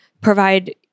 provide